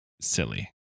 silly